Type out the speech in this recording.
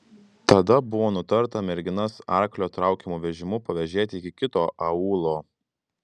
tada buvo nutarta merginas arklio traukiamu vežimu pavėžėti iki kito aūlo